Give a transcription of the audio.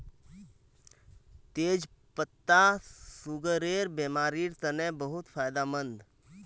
तेच पत्ता सुगरेर बिमारिर तने बहुत फायदामंद